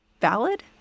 valid